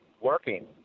working